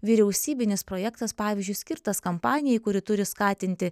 vyriausybinis projektas pavyzdžiui skirtas kampanijai kuri turi skatinti